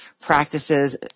practices